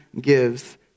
gives